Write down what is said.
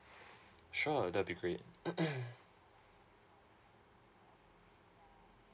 sure that will be great